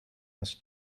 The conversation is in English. this